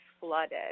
flooded